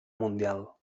mundial